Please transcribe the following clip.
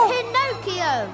Pinocchio